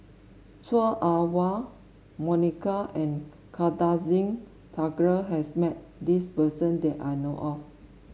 Chua Ah Huwa Monica and Kartar Singh Thakral has met this person that I know of